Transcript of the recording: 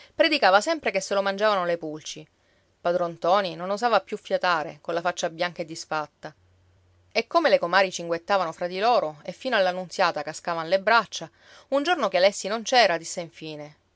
predicava sempre che se lo mangiavano le pulci padron ntoni non osava più fiatare colla faccia bianca e disfatta e come le comari cinguettavano fra di loro e fino alla nunziata cascavan le braccia un giorno che alessi non c'era disse infine